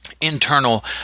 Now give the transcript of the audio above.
internal